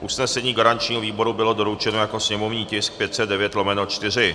Usnesení garančního výboru bylo doručeno jako sněmovní tisk 509/4.